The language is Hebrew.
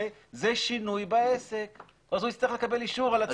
זה שינוי בעסק והוא יצטרך לקבל אישור על הצבע.